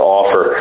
offer